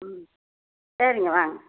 ம் சரிங்க வாங்க